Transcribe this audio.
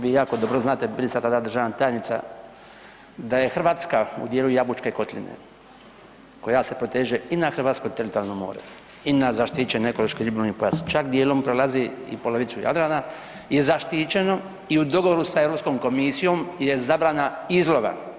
Vi jako dobro znate, bili ste tada državna tajnica da je Hrvatska u dijelu Jabučke kotline koja se proteže i na hrvatsko teritorijalno more i na zaštićeni ekološko-ribolovni pojas čak dijelom prolazi i polovicu Jadrana je zaštićeno i u dogovoru sa Europskom komisijom je zabrana izlova.